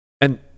And-